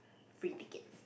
free tickets